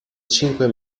cinque